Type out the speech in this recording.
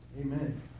Amen